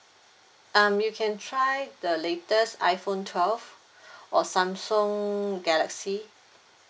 um you can try the latest iphone twelve or samsung galaxy